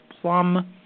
plum